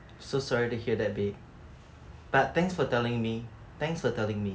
so sorry to hear that babe but thanks for telling me thanks for telling me